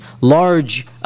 large